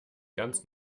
ganz